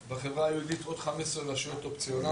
הבנתי שיש יותר מ-15 ביהודיות.